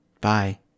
Bye